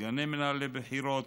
סגני מנהלי בחירות,